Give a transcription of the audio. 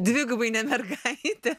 dvigubai ne mergaitė